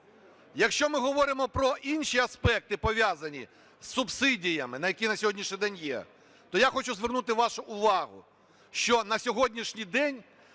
Якщо ми говоримо про інші аспекти, пов'язані з субсидіями, які на сьогоднішній день є, то я хочу звернути вашу увагу, що на сьогоднішній день